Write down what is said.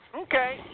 Okay